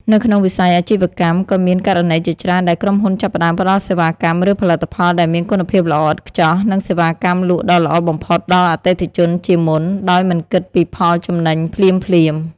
នៅក្នុងវិស័យអាជីវកម្ម ក៏មានករណីជាច្រើនដែលក្រុមហ៊ុនចាប់ផ្តើមផ្តល់សេវាកម្ម ឬផលិតផលដែលមានគុណភាពល្អឥតខ្ចោះ និងសេវាកម្មលក់ដ៏ល្អបំផុតដល់អតិថិជនជាមុន ដោយមិនគិតពីផលចំណេញភ្លាមៗ។